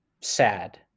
sad